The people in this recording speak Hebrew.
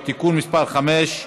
בעד, 16,